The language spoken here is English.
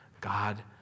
God